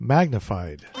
Magnified